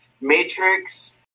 Matrix